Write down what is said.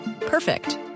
Perfect